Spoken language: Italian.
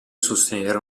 sostenere